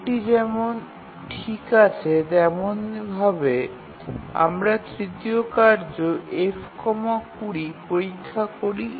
এটি যেমন ঠিক আছে তেমনিভাবে আমরা তৃতীয় কার্য F ২০ পরীক্ষা করি